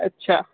अच्छा